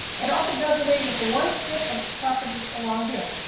it also does away with the one strip of properties along here.